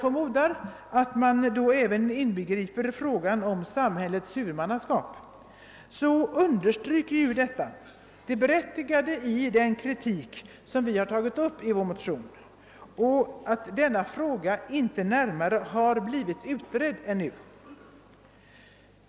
förmodar att då även inbegripes frågan om samhällets huvudmannaskap — så visar detta både det berättigade i den kritik som vi har tagit upp i våra motioner och att denna fråga inte har blivit närmare utredd ännu.